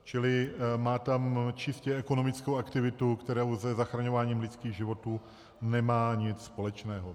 Čili má tam čistě ekonomickou aktivitu, která se zachraňováním lidských životů nemá nic společného.